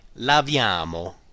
laviamo